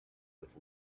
with